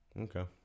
Okay